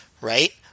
right